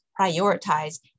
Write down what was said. prioritize